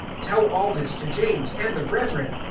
tell all this to james and the brethren,